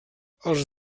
els